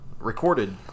Recorded